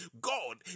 God